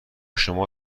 شما